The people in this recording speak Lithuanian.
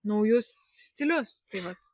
naujus stilius tai vat